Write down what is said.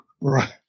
Right